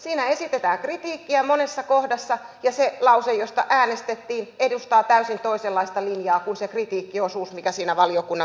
siinä esitetään kritiikkiä monessa kohdassa ja se lause josta äänestettiin edustaa täysin toisenlaista linjaa kuin se kritiikkiosuus mikä siinä valiokunnan mietinnössä on